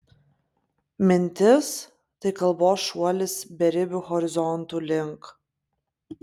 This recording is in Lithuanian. mintis tai kalbos šuolis beribių horizontų link